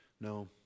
no